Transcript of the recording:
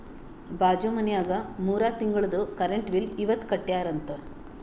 ಬಾಜು ಮನ್ಯಾಗ ಮೂರ ತಿಂಗುಳ್ದು ಕರೆಂಟ್ ಬಿಲ್ ಇವತ್ ಕಟ್ಯಾರ ಅಂತ್